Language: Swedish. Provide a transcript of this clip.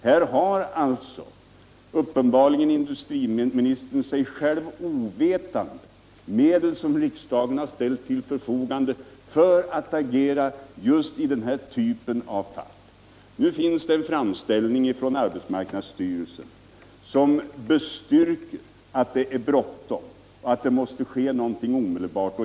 Här har alltså industriministern, uppenbarligen sig själv ovetande, medel som riksdagen har ställt till förfogande för ett agerande just i den här typen av fall. Nu finns det en framställning från arbetsmarknadsstyrelsen som bestyrker att det är bråttom och att det måste ske någonting omedelbart.